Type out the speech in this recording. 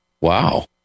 Wow